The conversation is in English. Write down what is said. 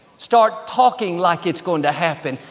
start talking like it's going to happen.